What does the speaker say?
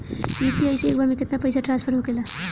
UPI से एक बार मे केतना पैसा ट्रस्फर होखे ला?